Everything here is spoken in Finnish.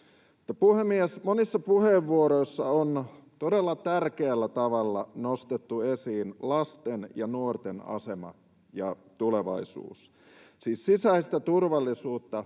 Monissa puheenvuoroissa on todella tärkeällä tavalla nostettu esiin lasten ja nuorten asema ja tulevaisuus.